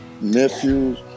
nephews